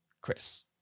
Chris